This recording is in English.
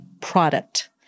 product